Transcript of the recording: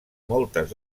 moltes